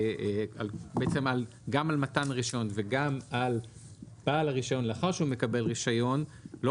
שגם על מתן רישיונות וגם על בעל הרישיון לאחר שהוא מקבל רישיון לא